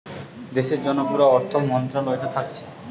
দেশের জন্যে পুরা অর্থ মন্ত্রালয়টা থাকছে